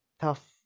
tough